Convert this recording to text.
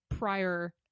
prior